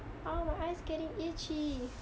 ah my eye's getting itchy